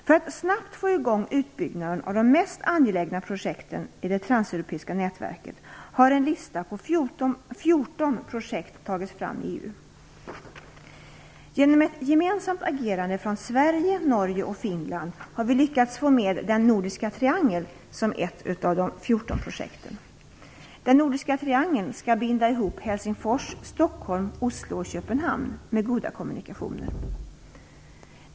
För att snabbt få i gång utbyggnaden av de mest angelägna projekten i det transeuropeiska nätverket har en lista på 14 projekt tagits fram i EU. Genom ett gemensamt agerande från Sverige, Norge och Finland har vi lyckats få med den nordiska triangeln som ett av de 14 projekten. Den nordiska triangeln skall binda ihop Helsingfors, Stockholm, Oslo och Köpenhamn med goda kommunikationer.